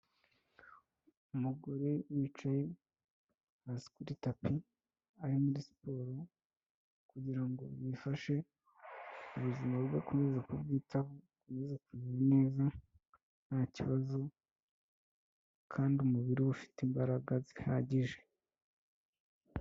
Umugore wicaye hasi kuri tapi ari muri siporo kugira ngo bifashe ubuzima bwe akomeza kubwitaho, akomeze kumera neza ntakibazo kandi umubiri we ufite imbaraga zihagije.